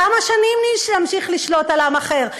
כמה שנים נמשיך לשלוט על עם אחר?